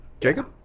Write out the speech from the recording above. Jacob